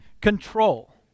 control